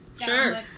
Sure